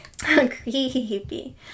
Creepy